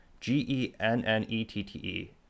G-E-N-N-E-T-T-E